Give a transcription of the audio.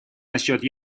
насчет